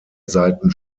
seiten